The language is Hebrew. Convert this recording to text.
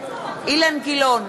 אילן גילאון,